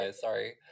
Sorry